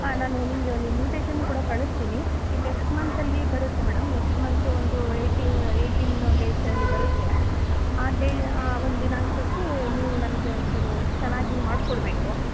ಹಾಂ ನಾನು ನಿಮಗೆ ಒಂದು ಇನ್ವಿಟೇಶನ್ನು ಕೂಡ ಕಳಿಸ್ತೀನಿ ನೆಕ್ಸ್ಟ್ ಮಂತಲ್ಲಿ ಬರುತ್ತೆ ಮೇಡಮ್ ನೆಕ್ಸ್ಟ್ ಮಂತ್ ಒಂದು ಏಯ್ಟಿ ಏಟೀನ್ ಡೇಟಲ್ಲಿ ಬರುತ್ತೆ ಆ ಡೇ ಆ ಒಂದು ದಿನಾಂಕಕ್ಕೇ ನೀವು ನನಗೆ ಒಂಚೂರು ಚೆನ್ನಾಗಿ ಮಾಡಿಕೊಡ್ಬೇಕು